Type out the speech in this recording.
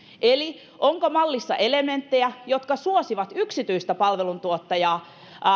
eli onko mallissa elementtejä jotka suosivat yksityisen palveluntuottajan